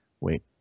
Wait